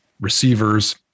receivers